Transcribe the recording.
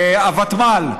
הוותמ"ל,